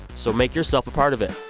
so make yourself a part of it.